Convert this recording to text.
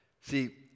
See